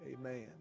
Amen